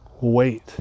Wait